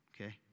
Okay